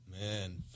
Man